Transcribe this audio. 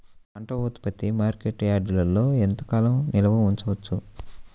పంట ఉత్పత్తిని మార్కెట్ యార్డ్లలో ఎంతకాలం నిల్వ ఉంచవచ్చు?